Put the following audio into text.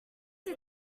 did